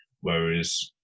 whereas